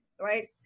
Right